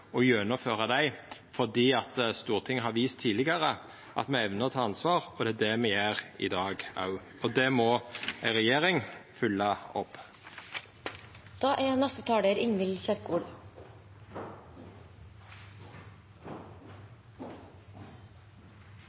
og gjennomføra dei, fordi Stortinget har vist tidlegare at me evnar å ta ansvar, og det er det me gjer òg i dag, og det må ei regjering fylgja opp. Norge står i en krise selv om dødstallene er